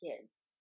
kids